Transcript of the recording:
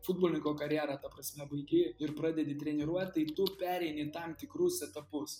futboliniko karjerą ta prasme baigi ir pradedi treniruot tai tu pereini tam tikrus etapus